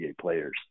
players